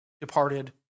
departed